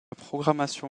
programmation